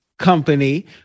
company